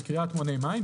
הדוגמה של קריאת מונה מים,